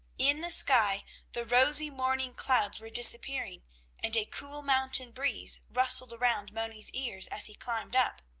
in the sky the rosy morning clouds were disappearing and a cool mountain breeze rustled around moni's ears, as he climbed up.